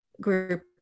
group